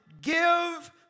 give